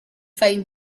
found